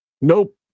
Nope